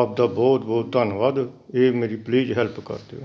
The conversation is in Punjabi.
ਆਪਦਾ ਬਹੁਤ ਬਹੁਤ ਧੰਨਵਾਦ ਇਹ ਮੇਰੀ ਪਲੀਜ਼ ਹੈਲਪ ਕਰ ਦਿਉ